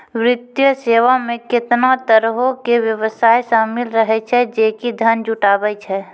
वित्तीय सेवा मे केतना तरहो के व्यवसाय शामिल रहै छै जे कि धन जुटाबै छै